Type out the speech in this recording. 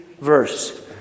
verse